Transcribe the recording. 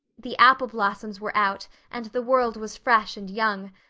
the apple blossoms were out and the world was fresh and young.